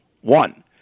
one